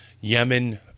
Yemen